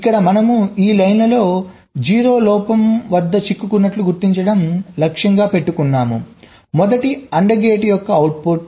ఇక్కడ మనము ఈ లైన్లో 0 లోపం వద్ద చిక్కుకున్నట్లు గుర్తించడం లక్ష్యంగా పెట్టుకున్నాము మొదటి AND గేట్ యొక్క అవుట్పుట్